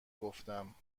گفتم